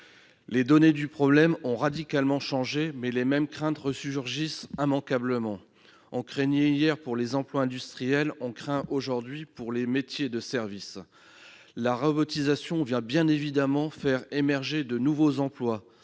Les données du problème ont radicalement changé, mais les mêmes craintes ressurgissent immanquablement. On craignait hier pour les emplois industriels ; on craint aujourd'hui pour les métiers des services. La robotisation va bien évidemment faire émerger de nouveaux emplois,